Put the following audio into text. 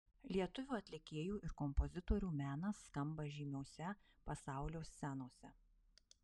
lietuvių atlikėjų ir kompozitorių menas skamba žymiose pasaulio scenose